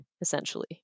essentially